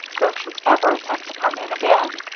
don't you ever attempt to come in again.